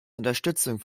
unterstützung